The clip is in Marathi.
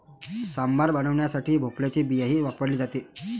सांबार बनवण्यासाठी भोपळ्याची बियाही वापरली जाते